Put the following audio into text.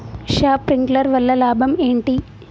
Sprinkler వల్ల లాభం ఏంటి?